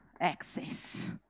access